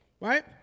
Right